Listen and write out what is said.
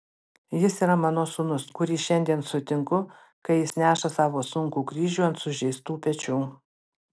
jis yra mano sūnus kurį šiandien sutinku kai jis neša savo sunkų kryžių ant sužeistų pečių